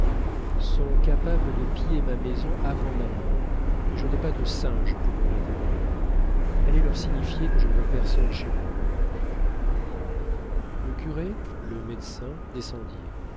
sont capables de piller ma maison avant ma mort et je n'ai pas de singe pour me rétablir allez leur signifier que je ne veux personne chez moi le curé le médecin